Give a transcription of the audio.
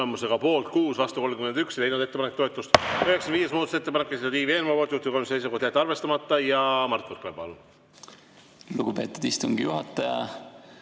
Lugupeetud istungi juhataja!